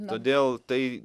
todėl tai